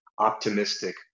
optimistic